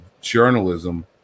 journalism